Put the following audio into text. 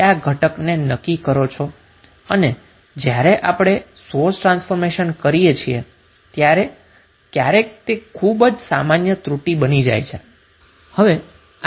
અને જ્યારે આપણે સોર્સ ટ્રાન્સફોર્મેશન કરીએ છીએ ત્યારે ક્યારેક તે ખુબ જ સામાન્ય પ્રકારની એરર બની જાય છે